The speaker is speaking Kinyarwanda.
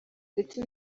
ndetse